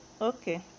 Okay